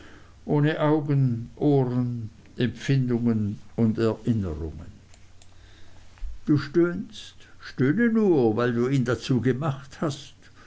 ohne augen ohren empfindungen und erinnerungen du stöhnst stöhne nur weil du ihn dazu gemacht hast